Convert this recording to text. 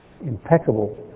impeccable